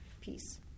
peace